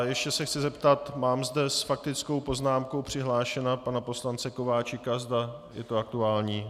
Ještě se chci zeptat mám zde s faktickou poznámkou přihlášeného pana poslance Kováčika, zda je to aktuální.